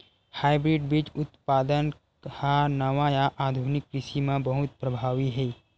hybrid बीज उत्पादन हा नवा या आधुनिक कृषि मा बहुत प्रभावी हे